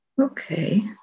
Okay